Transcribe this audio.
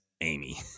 amy